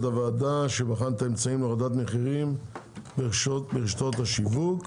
הוועדה שבחן את האמצעים להורדת מחירים ברשתות השיווק.